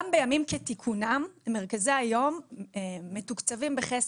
גם בימים כתיקונם מרכזי היום מתוקצבים בחסר.